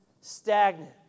Stagnant